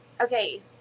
okay